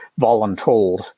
voluntold